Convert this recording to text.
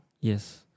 Yes